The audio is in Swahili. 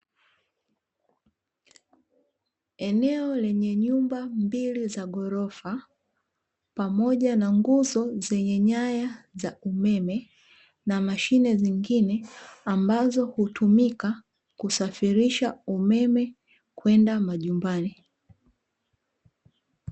Eneo lenye nyumba mbili za ghorofa, pamoja na nguzo zenye nyaya za umeme na mashine zingine ambazo hutumika kusafirisha umeme kwenda majumbani.